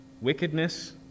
wickedness